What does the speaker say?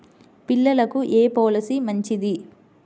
పిల్లలకు ఏ పొలసీ మంచిది?